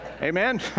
Amen